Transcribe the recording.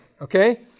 okay